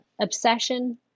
obsession